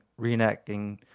reenacting